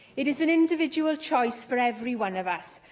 it is an individual choice for every one of us,